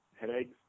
headaches